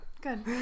good